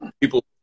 people